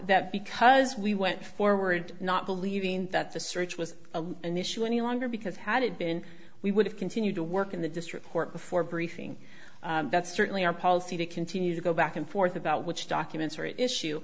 that because we went forward not believing that the search was an issue any longer because had it been we would have continued to work in the district court before briefing that's certainly our policy to continue to go back and forth about which documents are at issue